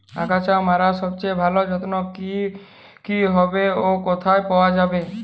আগাছা মারার সবচেয়ে ভালো যন্ত্র কি হবে ও কোথায় পাওয়া যাবে?